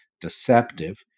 deceptive